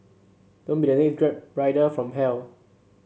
don't be the next Grab rider from hell